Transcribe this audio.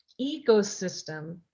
ecosystem